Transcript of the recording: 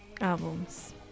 albums